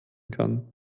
kann